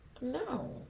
No